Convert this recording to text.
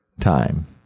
time